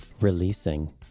releasing